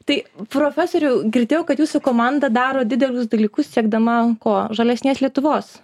tai profesoriau girdėjau kad jūsų komanda daro didelius dalykus siekdama kuo žalesnės lietuvos